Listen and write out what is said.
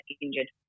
injured